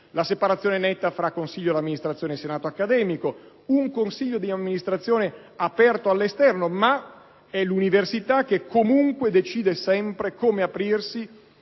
la separazione netta fra consiglio di amministrazione e senato accademico; un consiglio di amministrazione aperto all'esterno, anche se è l'università che comunque decide sempre come aprirsi